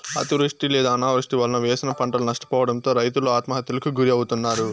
అతివృష్టి లేదా అనావృష్టి వలన వేసిన పంటలు నష్టపోవడంతో రైతులు ఆత్మహత్యలకు గురి అవుతన్నారు